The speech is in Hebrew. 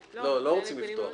לא, לא רוצים לפתוח.